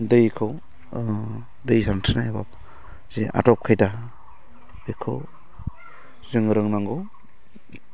दैखौ दै सानस्रिनाय हाबाफारि जि आदब खायदा बेखौ जों रोंनांगौ